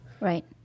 Right